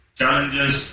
challenges